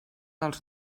dels